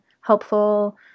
helpful